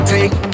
Take